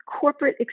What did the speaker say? corporate